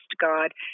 God